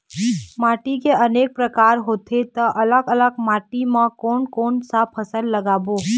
माटी के अनेक प्रकार होथे ता अलग अलग माटी मा कोन कौन सा फसल लगाबो?